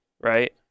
right